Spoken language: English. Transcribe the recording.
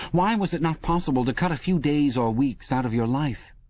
why was it not possible to cut a few days or weeks out of your life?